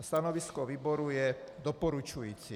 Stanovisko výboru je doporučující.